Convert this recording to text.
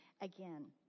again